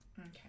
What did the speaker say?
okay